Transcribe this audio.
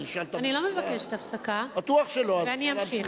אני לא מבקשת הפסקה, ואני אמשיך,